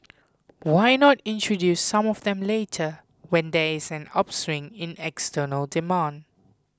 why not introduce some of them later when there is an upswing in external demand